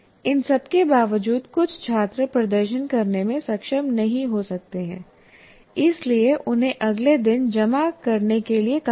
इन सबके बावजूद कुछ छात्र प्रदर्शन करने में सक्षम नहीं हो सकते हैं इसलिए उन्हें अगले दिन जमा करने के लिए कहा गया